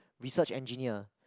research engineer